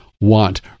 want